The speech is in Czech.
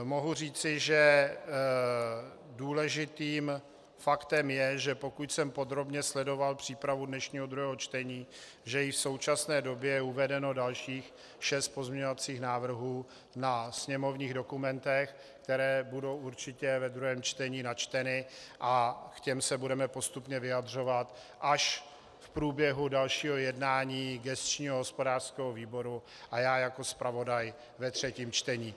Mohu říci, že důležitým faktem je, že pokud jsem podrobně sledoval přípravu dnešního druhého čtení, že již v současné době je uvedeno dalších šest pozměňovacích návrhů na sněmovních dokumentech, které budou určitě ve druhém čtení načteny, a k těm se budeme postupně vyjadřovat až v průběhu dalšího jednání gesčního hospodářského výboru a já jako zpravodaj ve třetím čtení.